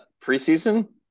Preseason